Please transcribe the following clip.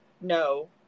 No